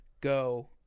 go